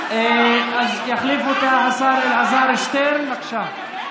יחליף אותה השר אלעזר שטרן, בבקשה.